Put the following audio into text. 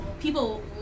people